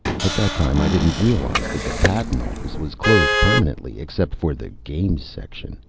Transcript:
at that time i didn't realize that the patent office was closed permanently except for the games section.